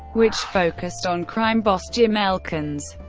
which focused on crime boss jim elkins,